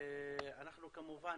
כמובן,